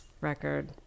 record